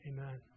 amen